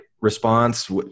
response